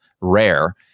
Rare